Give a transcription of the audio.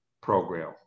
program